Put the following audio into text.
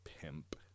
pimp